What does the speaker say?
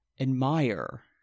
Admire